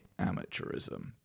amateurism